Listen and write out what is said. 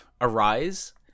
arise